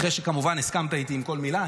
אחרי שכמובן הסכמת איתי בכל מילה,